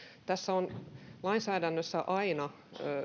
tässä on lainsäädännössä aina